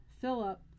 Philip